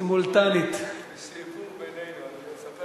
התרבות והספורט נתקבלה.